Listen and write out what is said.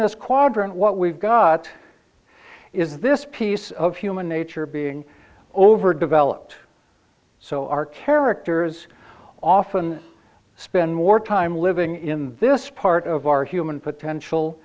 this quadrant what we've got is this piece of human nature being over developed so our characters often spend more time living in this part of our human potential